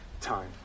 time